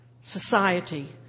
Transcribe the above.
society